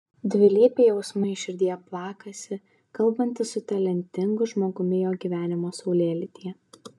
dvilypiai jausmai širdyje plakasi kalbantis su talentingu žmogumi jo gyvenimo saulėlydyje